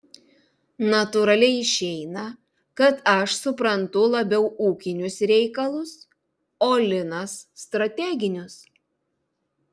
natūraliai išeina kad aš suprantu labiau ūkinius reikalus o linas strateginius